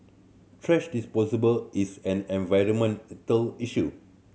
thrash is an environmental issue